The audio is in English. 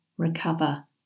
recover